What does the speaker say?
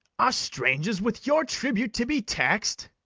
are strangers with your tribute to be tax'd?